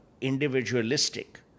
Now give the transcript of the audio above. individualistic